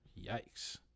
Yikes